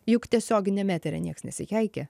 juk tiesioginiam eteryje nieks nesikeikia